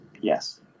Yes